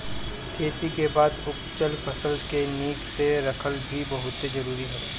खेती के बाद उपजल फसल के निक से रखल भी बहुते जरुरी हवे